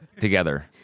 together